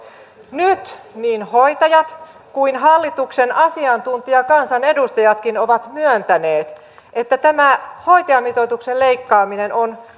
nyt niin hoitajat kuin hallituksen asiantuntijakansanedustajatkin ovat myöntäneet että tämä hoitajamitoituksen leikkaaminen on